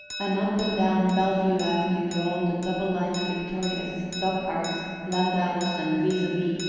and up and down bellevue avenue rolled a double line of victorias, dog-carts, landaus and vis-a-vis,